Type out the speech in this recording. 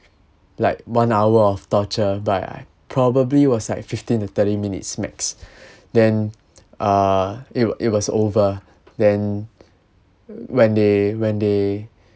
like one hour of torture but I probably was like fifteen to thirty minutes max then uh it was it was over then when they when they